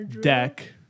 deck